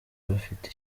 bafite